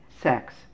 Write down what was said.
sex